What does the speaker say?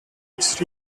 its